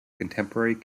contemporary